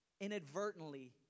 inadvertently